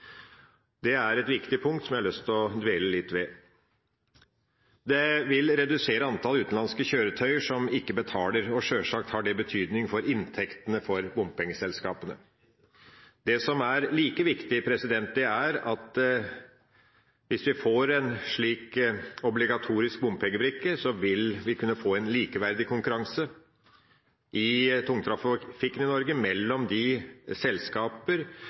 Det er et viktig punkt som jeg har lyst til å dvele litt ved. Det vil redusere antallet utenlandske kjøretøyer som ikke betaler, og sjølsagt har det betydning for inntektene til bompengeselskapene. Det som er like viktig, er at hvis vi får en slik obligatorisk bompengebrikke, vil vi kunne få en likeverdig konkurranse i tungtrafikken i Norge mellom de